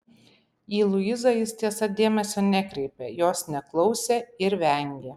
į luizą jis tiesa dėmesio nekreipė jos neklausė ir vengė